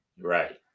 Right